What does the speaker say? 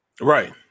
Right